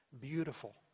Beautiful